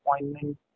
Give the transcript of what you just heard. appointment